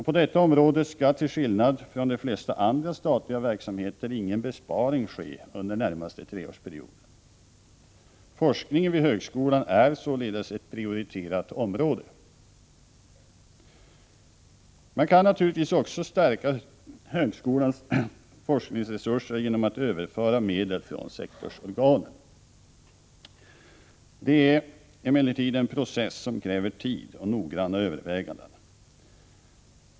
På detta område skall, till skillnad från de flesta andra statliga verksamheter, ingen besparing ske under den närmaste treårsperioden. Forskningen vid högskolan är således ett prioriterat område. Man kan naturligtvis också stärka högskolans forskningsresurser genom att överföra medel från sektorsorganen. Det är emellertid en process som kräver tid och noggranna överväganden.